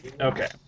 Okay